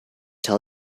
tell